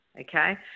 okay